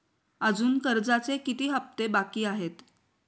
अजुन कर्जाचे किती हप्ते बाकी आहेत?